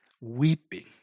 weeping